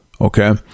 Okay